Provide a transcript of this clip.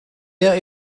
der